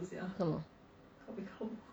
什么